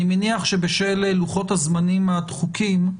אני מניח שבשל לוחות הזמנים הדחוקים,